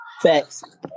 Facts